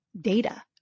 data